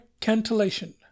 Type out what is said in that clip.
Cantillation